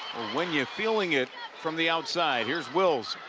wynja feeling it from the outside here's wills.